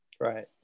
Right